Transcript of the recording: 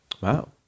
wow